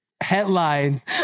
headlines